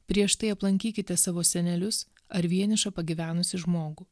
prieš tai aplankykite savo senelius ar vienišą pagyvenusį žmogų